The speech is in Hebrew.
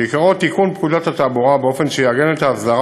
שעיקרו תיקון פקודת התעבורה באופן שיעגן את ההסדרה